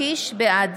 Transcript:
בעד